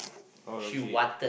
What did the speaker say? oh legit